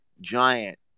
giant